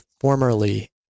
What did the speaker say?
formerly